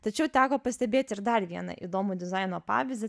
tačiau teko pastebėti ir dar vieną įdomų dizaino pavyzdį